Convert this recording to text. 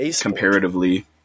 Comparatively